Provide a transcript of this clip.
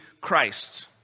Christ